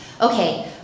okay